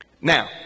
Now